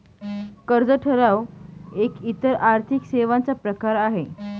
कर्ज ठराव एक इतर आर्थिक सेवांचा प्रकार आहे